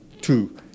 two